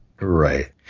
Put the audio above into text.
Right